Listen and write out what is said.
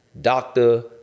doctor